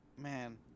man